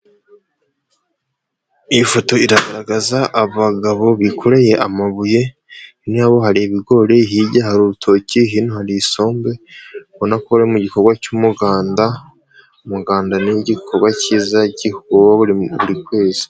Iyi foto iragaragaza abagabo bikoreye amabuye, inyuma yabo hari ibigori, hirya hari urutoki, hino hari isombe, ubonako bari mu igikorwa cy'umuganda, umuganda ni igikorwa cyiza buri kwezi.